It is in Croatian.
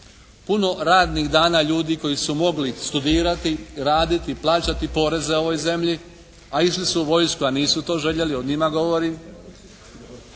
puno radnih dana ljudi koji su mogli studirati, raditi, plaćati poreze ovoj zemlji a išli su u vojsku a nisu to željeli, o njima govorim.